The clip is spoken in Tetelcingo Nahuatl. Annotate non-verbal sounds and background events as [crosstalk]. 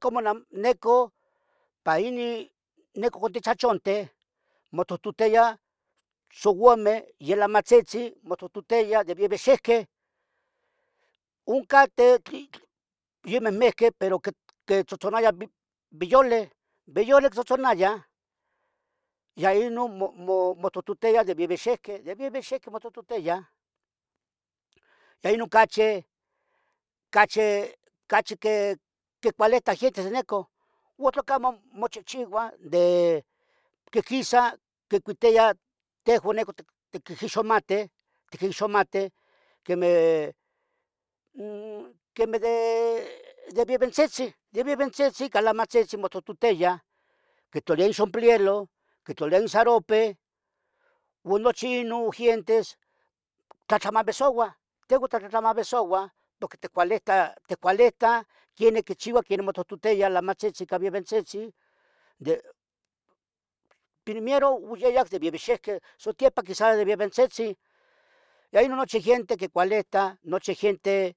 Como nannecoh ipan inin tichachonten motohtoteyah souameh yilamatzitzin motohtoteyah de vevexehqueh oncateh tli memehqueh pero quitzotzonayah viyolin viyolin quitzotzonayah ya inon motohtoteya de vevexehqueh de vevexehqueh motohtoteya ino cachi cahe [hesitation] quicualitah gentes de neco o tlacamu muchihchiuah quisa quicuitih teju neco quinxomatih itquinxomateh quemeh de [hesitation] veventzitzin calamatzitzin motototiah quitlulia inxomplieloh quitlalia insarupe uan inon nochi gientes tlatlamovisouah tehuan titlamovisouah porque ticualitah ticualitah quenih quichiua quenih motohtotiya in lamatzitzin ica in vevetzitzin de primiero oyayah de vevexehqueh sutepa quisas de veventzitzeh ya ion nochi gente quicualita nochi gente